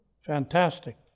Fantastic